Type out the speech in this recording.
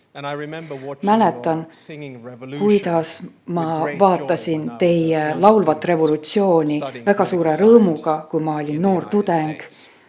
Mäletan, kuidas ma vaatasin teie laulvat revolutsiooni väga suure rõõmuga, kui ma olin noor tudeng